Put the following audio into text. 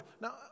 Now